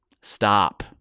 stop